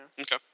okay